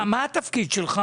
אלה מהלכים לטובת הלקוחות.